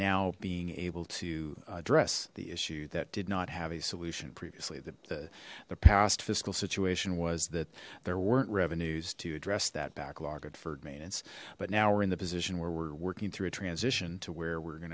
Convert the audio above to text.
now being able to address the issue that did not have a solution previously the the past fiscal situation was that there weren't revenues to address that backlog of deferred maintenance but now we're in the position where we're working through a transition to where we're